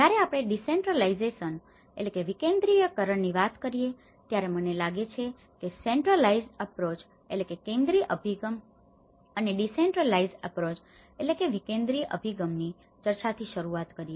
જ્યારે આપણે decentralization decentralization વિકેન્દ્રિયકરણ ની વાત કરીએ છીએ ત્યારે મને લાગે છે કે સેન્ટ્રલાઇઝેડ્ અપ્રોચ centralized approach કેન્દ્રિત અભિગમ અને ડીસેન્ટ્રલાઇઝેડ્ અપ્રોચ decentralized approach વિકેન્દ્રિત અભિગમ ની ચર્ચાથી શરૂ કરીએ